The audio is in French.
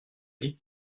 dit